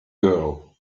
girl